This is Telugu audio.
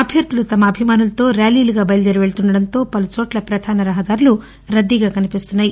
అభ్యర్థులు తమ అభిమానులతో ర్యాలీలుగా బయలుదేరి వెళ్తుండటంతో పలు చోట్ల పధాన రహదారులు రద్దీగా కనిపిస్తున్నాయి